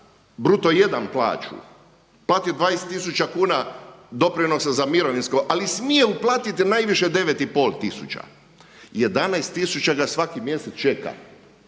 bruto 1 plaću, plati 20 tisuća kuna doprinosa za mirovinsko ali smije uplatiti najviše 9,5 tisuća, 11 tisuća ga svaki mjesec čeka.